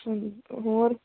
ਹਾਂਜੀ ਅ ਹੋਰ